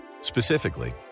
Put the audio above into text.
Specifically